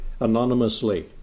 anonymously